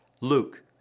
Luke